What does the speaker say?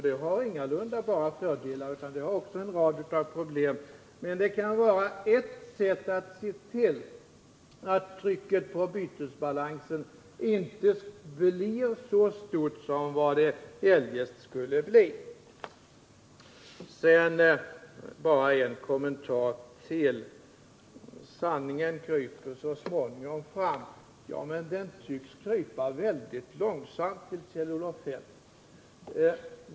Det har ingalunda bara fördelar utan också en rad av problem, men det kan vara ert sätt att se till att trycket på bytesbalansen inte blir så stort som det eljest skulle bli. Sedan bara ytterligare en kommentar. Sanningen kryper så småningom fram, sade Kjell-Olof Feldt. Ja, men den tycks krypa väldigt långsamt till Kjell-Olof Feldt.